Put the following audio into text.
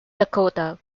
dakota